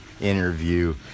interview